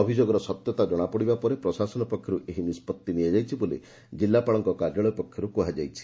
ଅଭିଯୋଗର ସତ୍ୟତା ଜଣାପଡ଼ିବା ପରେ ପ୍ରଶାସନ ପକ୍ଷରୁ ଏହି ନିଷ୍ବଭି ନିଆଯାଇଛି ବୋଲି ଜିଲ୍ଲାପାଳଙ୍କ କାର୍ଯ୍ୟାଳୟ ପକ୍ଷର୍ର ଜଣାପଡ଼ିଛି